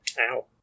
Ow